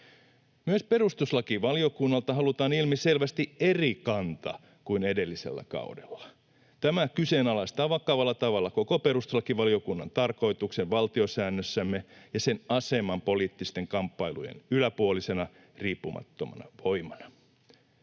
Myös perustuslakivaliokunnalta halutaan ilmiselvästi eri kanta kuin edellisellä kaudella. Tämä kyseenalaistaa vakavalla tavalla koko perustuslakivaliokunnan tarkoituksen valtiosäännössämme ja sen aseman poliittisten kamppailujen yläpuolisena, riippumattomana voimana.